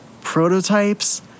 Prototypes